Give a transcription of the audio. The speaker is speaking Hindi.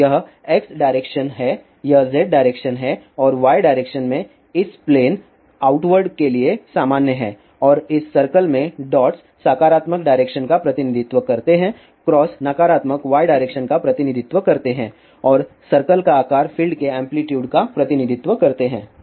तो यह x डायरेक्शन है यह z डायरेक्शन है और y डायरेक्शन इस प्लेन आउट वर्ड के लिए सामान्य है और इस सर्कल में डॉट्स सकारात्मक डायरेक्शन का प्रतिनिधित्व करते हैं क्रॉस नकारात्मक y डायरेक्शन का प्रतिनिधित्व करते हैं और सर्कल का आकार फील्ड के एम्पलीटूड का प्रतिनिधित्व करते हैं